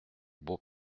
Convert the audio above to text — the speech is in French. beau